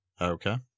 okay